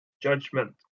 judgment